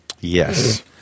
Yes